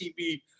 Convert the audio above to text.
TV